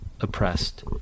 oppressed